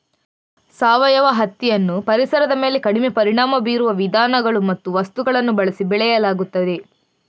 ಸಾವಯವ ಹತ್ತಿಯನ್ನು ಪರಿಸರದ ಮೇಲೆ ಕಡಿಮೆ ಪರಿಣಾಮ ಬೀರುವ ವಿಧಾನಗಳು ಮತ್ತು ವಸ್ತುಗಳನ್ನು ಬಳಸಿ ಬೆಳೆಯಲಾಗುತ್ತದೆ